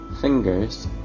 fingers